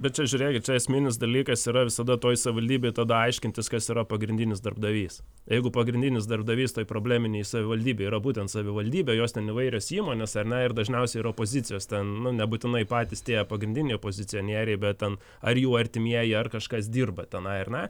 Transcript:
bet čia žiūrėkit čia esminis dalykas yra visada toj savivaldybėj tada aiškintis kas yra pagrindinis darbdavys jeigu pagrindinis darbdavys toj probleminėj savivaldybėj yra būtent savivaldybė jos ten įvairios įmonės ar ne ir dažniausiai ir opozicijos ten nu nebūtinai patys tie pagrindiniai opozicionieriai bet ten ar jų artimieji ar kažkas dirba tenai ar ne